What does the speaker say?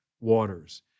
waters